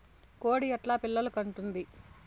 కోడి ఎట్లా పిల్లలు కంటుంది?